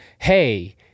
Hey